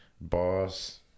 boss